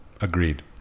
Agreed